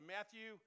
Matthew